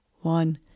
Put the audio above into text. One